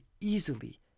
easily